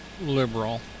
liberal